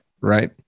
Right